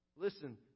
Listen